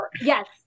Yes